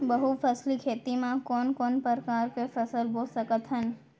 बहुफसली खेती मा कोन कोन प्रकार के फसल बो सकत हन?